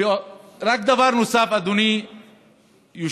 ורק דבר נוסף, אדוני היושב-ראש.